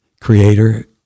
creator